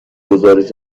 گزارش